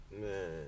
Man